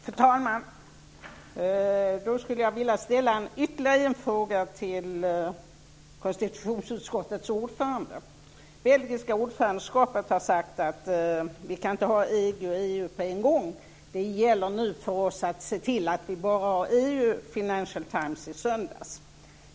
Fru talman! Då skulle jag vilja ställa ytterligare en fråga till konstitutionsutskottets ordförande. Belgiska ordförandeskapet har sagt att vi inte kan ha EG och EU på en gång. Det gäller nu för oss att se till att vi bara har EU. Det stod i Financial Times i söndags.